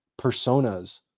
personas